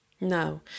No